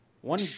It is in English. One